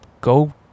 go